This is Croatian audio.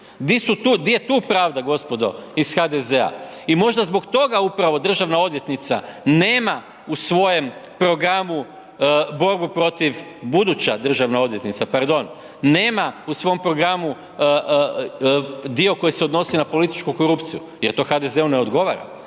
Di je tu pravda, gospodo iz HDZ-a? I možda zbog toga upravo državna odvjetnica nema u svojem programu borbu protiv, buduća državna odvjetnica, pardon, nema u svom programu dio koji se odnosi na političku korupciju jer to HDZ-u ne odgovara.